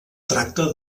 tracta